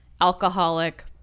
alcoholic